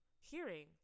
hearing